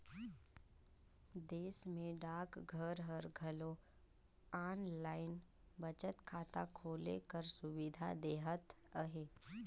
देस में डाकघर हर घलो आनलाईन बचत खाता खोले कर सुबिधा देहत अहे